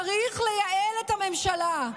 צריך לייעל את הממשלה.